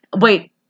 Wait